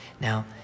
Now